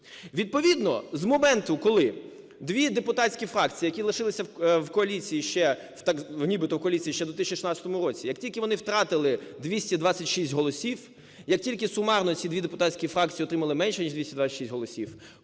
Відповідно з моменту, коли дві депутатські фракції, які лишилися в коаліції, ще в нібито коаліції ще в 2016 році, як тільки вони втратили 226 голосів, як тільки сумарно ці дві депутатські фракції отримали менше ніж 226 голосів,